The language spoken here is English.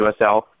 USL